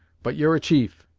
but you're a chief,